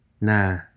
Nah